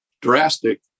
drastic